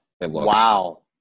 Wow